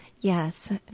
Yes